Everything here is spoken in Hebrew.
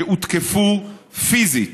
שהותקפו, פיזית,